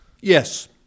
Yes